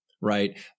Right